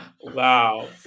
Wow